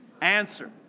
Answer